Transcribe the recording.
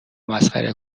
مسخره